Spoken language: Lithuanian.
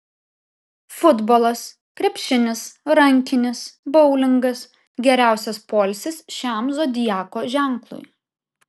futbolas krepšinis rankinis boulingas geriausias poilsis šiam zodiako ženklui